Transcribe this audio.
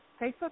Facebook